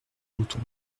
bouton